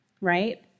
right